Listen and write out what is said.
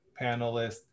panelists